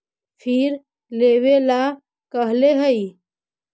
फिर लेवेला कहले हियै?